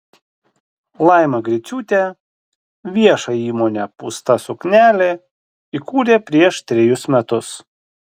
laima griciūtė viešąją įmonę pūsta suknelė įkūrė prieš trejus metus